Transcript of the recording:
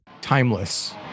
timeless